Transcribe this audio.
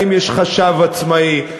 אם יש חשב עצמאי.